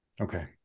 Okay